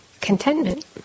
contentment